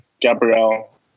Gabriel